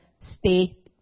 stay